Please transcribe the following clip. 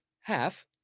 half